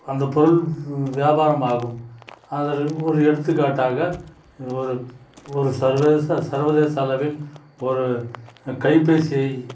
அந்த பொருள் வியாபாரம் ஆகும் அதற்கு ஒரு எடுத்துக்காட்டாக ஒரு ஒரு சர்வதேச சர்வதேச அளவில் ஒரு கைபேசியை